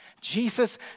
Jesus